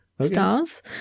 stars